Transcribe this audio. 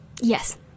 Yes